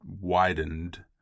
widened